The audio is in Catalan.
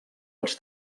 els